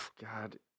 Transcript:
god